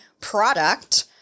product